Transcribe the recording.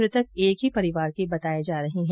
मृतक एक ही परिवार के बताए जा रहे हैं